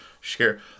share